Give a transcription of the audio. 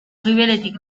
gibeletik